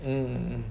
mm mm mm